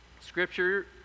Scripture